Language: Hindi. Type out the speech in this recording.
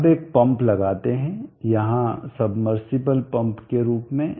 अब एक पंप लगाते हैं यहाँ सबमर्सिबल पंप के रूप में हैं